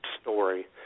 story